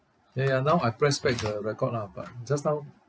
ya ya now I press back the record lah but just now